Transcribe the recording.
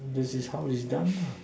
which is how it is done lah